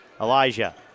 Elijah